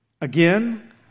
Again